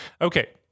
Okay